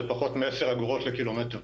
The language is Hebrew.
זה פחות מ-10 אגורות לקילומטר.